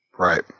Right